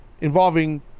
involving